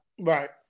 Right